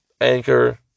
Anchor